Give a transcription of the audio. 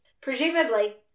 presumably